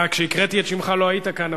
כשקראתי את שמך לא היית כאן,